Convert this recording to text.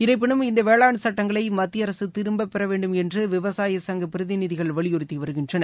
இருப்பினும் இந்த வேளாண் சட்டங்களை மத்திய அரசு திரும்பப் பெற வேண்டும் என்று விவசாய சங்கப் பிரதிநிதிகள் வலியுறுத்தி வருகின்றனர்